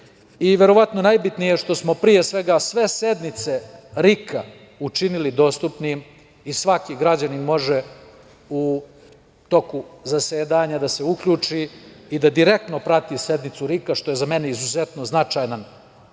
i verovatno najbitnije što smo pre svega sve sednice RIK-a učinili dostupnim i svaki građanin može u toku zasedanja da se uključi i da direktno prati sednicu RIK-a što je za mene izuzetno značajan